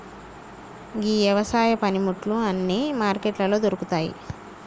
గీ యవసాయ పనిముట్లు అన్నీ మార్కెట్లలో దొరుకుతాయి